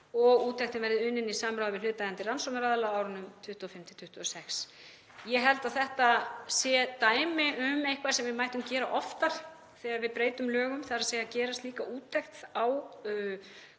og úttektin verði unnin í samráði við hlutaðeigandi rannsóknaraðila á árunum 2025–2026. Ég held að þetta sé dæmi um eitthvað sem við mættum gera oftar þegar við breytum lögum, þ.e. að gera slíka úttekt á